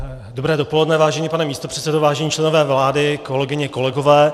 Dobré dopoledne, vážený pane místopředsedo, vážení členové vlády, kolegyně, kolegové.